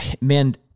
Man